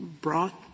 brought